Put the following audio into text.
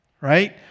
right